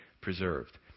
preserved